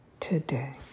today